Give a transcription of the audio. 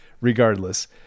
regardless